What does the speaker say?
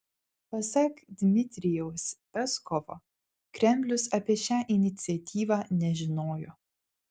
pasak dmitrijaus peskovo kremlius apie šią iniciatyvą nežinojo